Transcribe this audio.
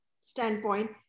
standpoint